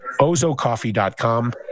ozocoffee.com